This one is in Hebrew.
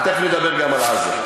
אבל תכף נדבר גם על עזה.